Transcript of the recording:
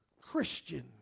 Christian